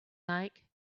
like